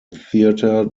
theatre